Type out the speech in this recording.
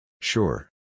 Sure